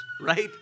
right